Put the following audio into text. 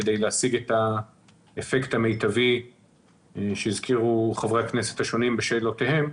כדי להשיג את האפקט המיטבי שהזכירו חברי הכנסת השונים בשאלותיהם,